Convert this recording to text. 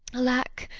alack,